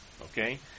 okay